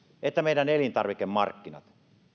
että meidän elintarvikemarkkinat